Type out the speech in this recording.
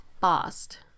fast